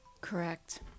Correct